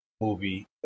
movie